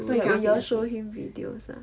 when you all show him videos ah